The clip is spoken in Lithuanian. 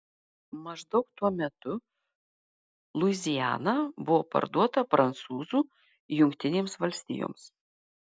maždaug tuo metu luiziana buvo parduota prancūzų jungtinėms valstijoms